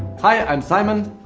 hi, i'm simon,